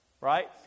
Right